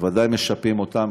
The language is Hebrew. בוודאי משפים אותם.